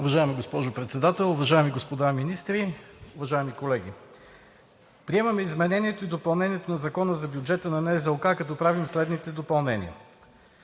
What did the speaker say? Уважаема госпожо Председател, уважаеми господа министри, уважаеми колеги! Приемаме изменението и допълнението на Закона за бюджета на НЗОК, като правим следните допълнения: